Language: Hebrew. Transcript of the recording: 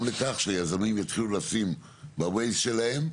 לכך שהיזמים יתחילו לשים ב-ווייז שלהם,